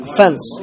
fence